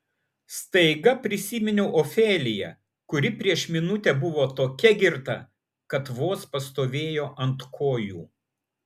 staiga prisiminiau ofeliją kuri prieš minutę buvo tokia girta kad vos pastovėjo ant kojų